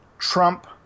Trump